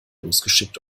losgeschickt